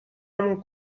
همون